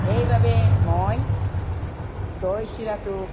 সেইবাবে মই দৈ চিৰাটো